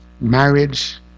marriage